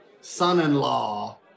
son-in-law